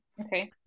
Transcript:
okay